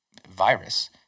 Virus